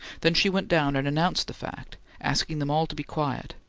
then she went down and announced the fact, asked them all to be quiet,